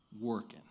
working